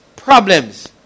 Problems